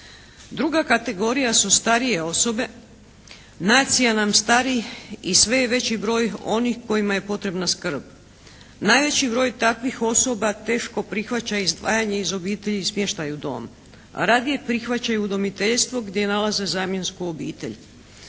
Druga kategorija su starije osobe. Nacija nam stari i sve je veći broj onih kojima je potrebna skrb. Najveći broj takvih osoba teško prihvaća izdvajanje iz obitelji i smještaj u dom. Radije prihvaćaju udomiteljstvo gdje nalaze zamjensku obitelj.